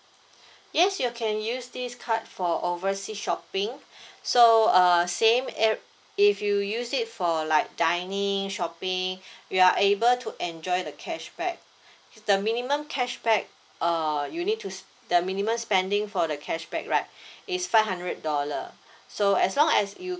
yes you can use this card for oversea shopping so uh same ev~ if you use it for like dining shopping you are able to enjoy the cashback the minimum cashback err you need to sp~ the minimum spending for the cashback right is five hundred dollar so as long as you